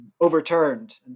overturned